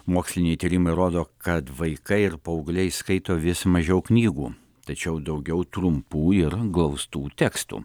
moksliniai tyrimai rodo kad vaikai ir paaugliai skaito vis mažiau knygų tačiau daugiau trumpų ir glaustų tekstų